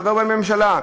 חבר בממשלה.